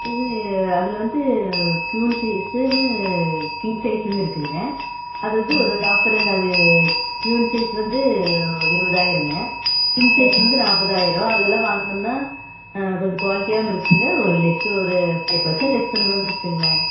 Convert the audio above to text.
இது அதில் வந்து குயின் சைஸுன்னு கிங் சைஸுன்னு இருக்குங்க அது அது ஒரு ஆஃபருங்க அது குயின் சைஸு வந்து இருபதாயிரங்க கிங் சைஸு நாற்பதாயிரம் அதெலாம் வாங்கினோம்னா கொஞ்சம் குவாலிட்டியாகவும் இருக்குங்க ஒரு லெஸ்ஸு ஒரு ஃபைவ் பெர்சண்ட் லெஸ் பண்ணுவோம்னு வச்சுக்கோங்களேன்